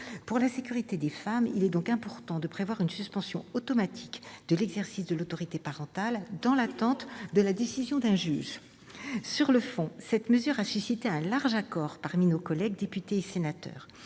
Pour la sécurité des femmes, il est donc important de prévoir une suspension automatique de l'exercice de l'autorité parentale, dans l'attente de la décision d'un juge. Absolument ! Sur le fond, cette mesure a suscité un large accord parmi nos collègues députés et sénateurs.